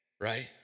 Right